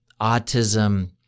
autism